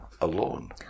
alone